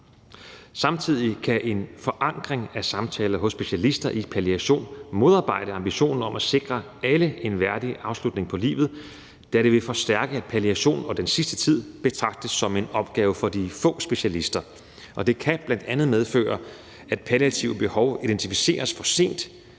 Samtidig kan en forankring af samtaler hos specialister i palliation modarbejde ambitionen om at sikre alle en værdig afslutning på livet, da det vil forstærke ting i forhold til palliation . Og den sidste tid betragtes som en opgave for de få specialister. Det kan bl.a. medføre, at palliative behov identificeres for sent,